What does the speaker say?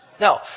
No